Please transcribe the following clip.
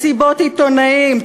מסיבות עיתונאים,